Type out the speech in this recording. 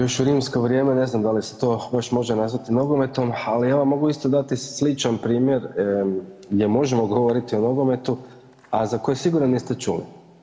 Još u rimsko vrijeme, ne znam da li se to baš može nazvati nogometom, ali evo mogu isto dati sličan primjer gdje možemo govoriti o nogometu, a za koji sigurno niste čuli.